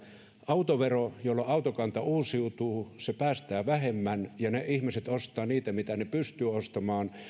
autovero jolloin autokanta uusiutuu päästää vähemmän ja ihmiset ostavat niitä mitä he pystyvät ostamaan